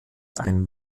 ein